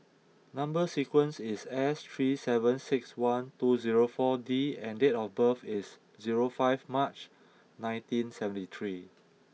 number sequence is S three seven six one two zero four D and date of birth is zero five March nineteen seventy three